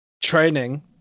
training